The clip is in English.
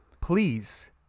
please